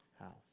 house